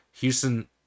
Houston